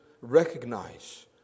recognize